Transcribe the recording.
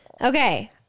Okay